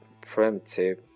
primitive